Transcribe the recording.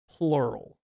Plural